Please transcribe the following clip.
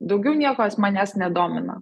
daugiau niekas manęs nedomina